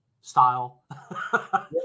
style